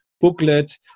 booklet